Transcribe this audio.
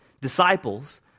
disciples